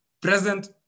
present